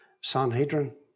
Sanhedrin